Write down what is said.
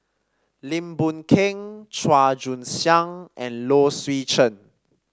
Lim Boon Keng Chua Joon Siang and Low Swee Chen